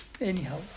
Anyhow